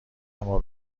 اما